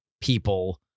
people